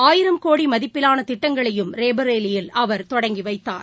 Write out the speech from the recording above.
ஆயிரம் கோடி மதிப்பிலான திட்டங்களையும் ரேபரேலியில் அவர் தொடங்கி வைத்தார்